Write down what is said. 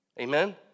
Amen